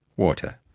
water,